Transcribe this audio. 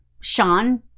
Sean